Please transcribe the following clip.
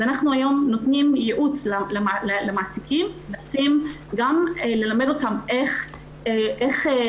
אז אנחנו היום נותנים ייעוץ למעסיקים ללמד אותם איך עושים